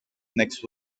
next